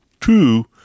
Two